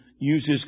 uses